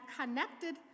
connected